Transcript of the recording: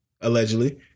allegedly